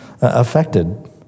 affected